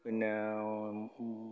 പിന്നെ